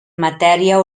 matèria